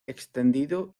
extendido